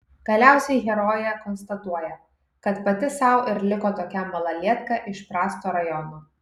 galiausiai herojė konstatuoja kad pati sau ir liko tokia malalietka iš prasto rajono